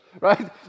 right